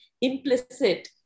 implicit